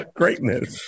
greatness